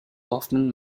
often